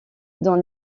dans